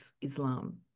Islam